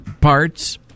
parts